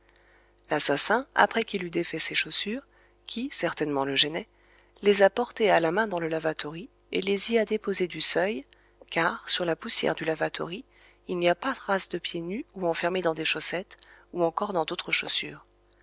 l'assassin après qu'il eut défait ses chaussures qui certainement le gênaient les a portées à la main dans le lavatory et les y a déposées au seuil car sur la poussière du lavatory il n'y a pas trace de pieds nus ou enfermés dans des chaussettes ou encore dans d'autres chaussures